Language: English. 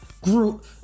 Group